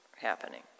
happening